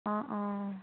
অঁ অঁ